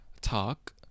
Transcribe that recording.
talk